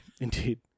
Indeed